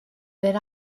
that